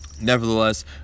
Nevertheless